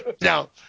Now